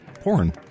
porn